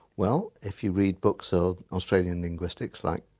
well, if you read books of australian linguistics like,